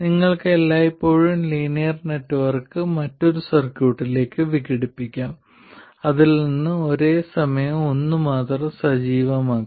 നിങ്ങൾക്ക് എല്ലായ്പ്പോഴും linear network മറ്റൊരു സർക്യൂട്ടിലേക്ക് വിഘടിപ്പിക്കാം അതിൽ ഒരേസമയം ഒന്ന് മാത്രം സജീവമാക്കും